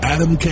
Adam